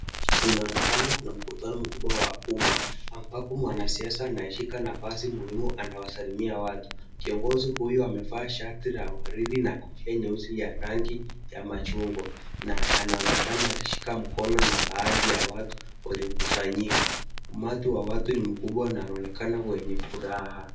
Inaonekana kuna mkutano mkubwa wa umma ambapo mwanasiasa anaishika nafasi muhimu anawasalimia watu. Kiongozi huyo amevaa shati la waridi na kofia nyeusi ya rangi ya machungwa. Na anaonekana akishika mkono na baadhi ya watu waliokusanyika. Umati wa watu ni mkubwa na unaonekana wenye furaha.